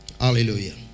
Hallelujah